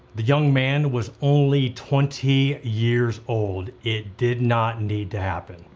the young man was only twenty years old. it did not need to happen.